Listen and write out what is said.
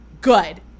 good